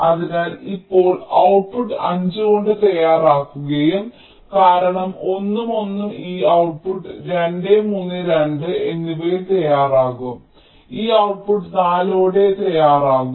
അതിനാൽ ഇപ്പോൾ ഔട്ട്പുട്ട് 5 കൊണ്ട് തയ്യാറാകും കാരണം 1 ഉം 1 ഉം ഈ ഔട്ട്പുട്ട് 2 3 2 എന്നിവയിൽ തയ്യാറാകും ഈ ഔട്ട്പുട്ട് 4 ഓടെ തയ്യാറാകും